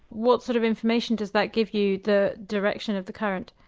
what sort of information does that give you? the direction of the current?